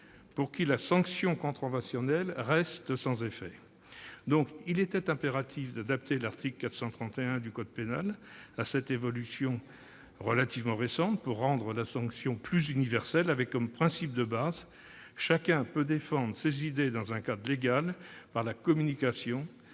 pour qui la sanction contraventionnelle reste sans effet. Il était donc impératif d'adapter l'article 431-1 du code pénal à cette évolution relativement récente, pour rendre la sanction plus universelle, avec comme principe de base le fait que chacun puisse défendre ses idées dans un cadre légal par la communication,